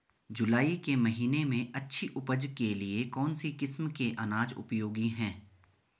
जुलाई के महीने में अच्छी उपज के लिए कौन सी किस्म के अनाज उपयोगी हैं?